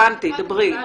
הבנתי, דברי.